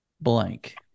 blank